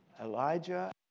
Elijah